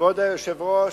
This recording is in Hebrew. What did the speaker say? כבוד היושב-ראש,